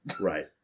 Right